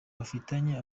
bafitanye